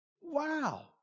Wow